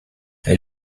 elle